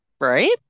right